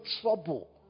trouble